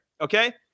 okay